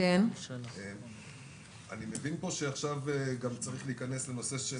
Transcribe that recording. אני מבין פה שעכשיו גם צריך להיכנס לנושא של